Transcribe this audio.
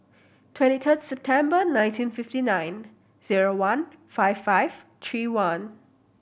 twenty third September nineteen fifty nine zero one five five three one